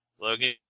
Logan